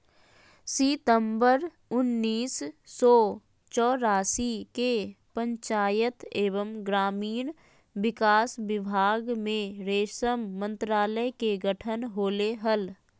सितंबर उन्नीस सो चौरासी के पंचायत एवम ग्रामीण विकास विभाग मे रेशम मंत्रालय के गठन होले हल,